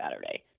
Saturday